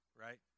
right